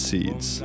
Seeds